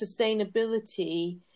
sustainability